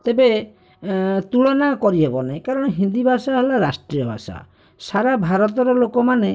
ତେବେ ତୁଳନା କରିହେବ ନାହିଁ କାରଣ ହିନ୍ଦୀଭାଷା ହେଲା ରାଷ୍ଟ୍ରୀୟଭାଷା ସାରା ଭାରତର ଲୋକମାନେ